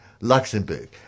Luxembourg